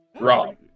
wrong